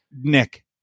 Nick